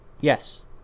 Yes